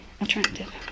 attractive